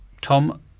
Tom